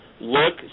look